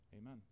Amen